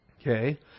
Okay